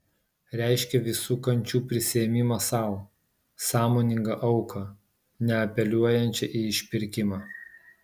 reiškia visų kančių prisiėmimą sau sąmoningą auką neapeliuojančią į išpirkimą